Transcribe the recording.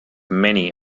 many